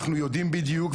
אנחנו יודעים בדיוק,